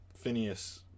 phineas